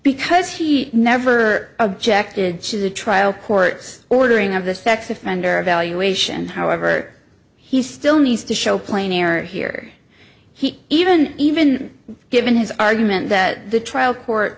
because he never objected to the trial court's ordering of the sex offender evaluation however he still needs to show plain error here he even even given his argument that the trial court